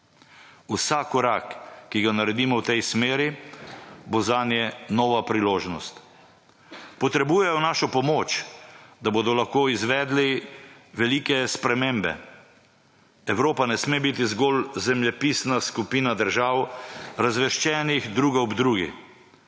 Vsak korak, ki ga naredimo v tej smeri bo zanje nova priložnost. Potrebujejo našo pomoč, da bodo izvedli velike spremembe. Evropa ne sme biti zgolj zemljepisna skupina držav, razvrščenih druga ob drugi.